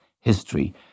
history